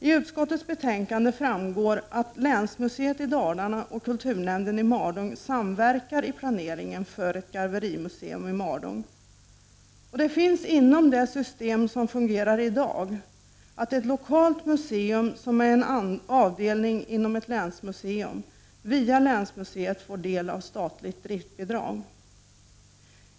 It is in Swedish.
I utskottets betänkande framgår att länsmuseet i Dalarna och kulturnämnden i Malung samverkar i planeringen för ett garverimuseum i Malung. Det förekommer inom det system som fungerar i dag att ett lokalt museum som är en avdelning inom ett länsmuseum via länsmuseet får del av statligt driftbidrag.